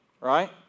right